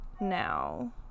now